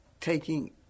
taking